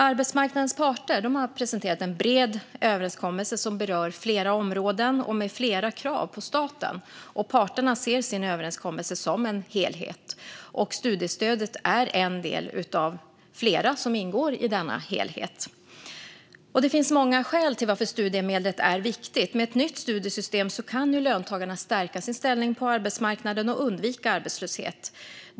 Arbetsmarknadens parter har presenterat en bred överenskommelse som berör flera områden med flera krav på staten, och parterna ser sin överenskommelse som en helhet. Studiestödet är en del av flera som ingår i denna helhet. Det finns många skäl till att studiemedlet är viktigt. Med ett nytt studiesystem kan ju löntagarna stärka sin ställning på arbetsmarknaden och undvika arbetslöshet.